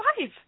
five